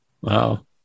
Wow